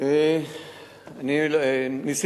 "ואלה המשפטים אשר תשים לפניהם",